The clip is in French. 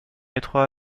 étroits